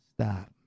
stop